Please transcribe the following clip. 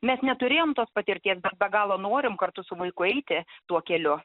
mes neturėjom tos patirties be galo norim kartu su vaiku eiti tuo keliu